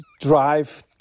drive